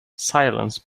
silence